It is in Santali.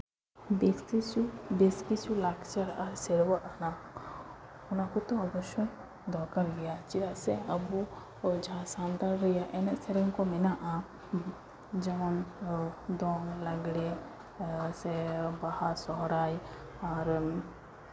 ᱵᱮᱥᱠᱤᱪᱷᱩ ᱵᱮᱥᱠᱤᱪᱷᱩ ᱞᱟᱠᱪᱟᱨ ᱟᱨ ᱥᱮᱨᱣᱟ ᱨᱮᱱᱟᱜ ᱚᱱᱟ ᱠᱚᱫᱚ ᱚᱵᱚᱥᱥᱳᱭ ᱫᱚᱨᱠᱟᱨ ᱜᱮᱭᱟ ᱪᱮᱫᱟᱜ ᱥᱮ ᱟᱵᱚ ᱦᱚᱸᱜᱼᱚᱭ ᱥᱟᱱᱛᱟᱲ ᱨᱮᱭᱟᱜ ᱮᱱᱮᱡ ᱥᱮᱨᱮᱧ ᱠᱚ ᱢᱮᱱᱟᱜᱼᱟ ᱡᱮᱢᱚᱱ ᱫᱚᱝ ᱞᱟᱜᱽᱲᱮ ᱥᱮ ᱵᱟᱦᱟ ᱥᱚᱦᱨᱟᱭ ᱟᱨ